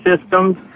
systems